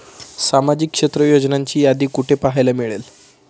सामाजिक क्षेत्र योजनांची यादी कुठे पाहायला मिळेल?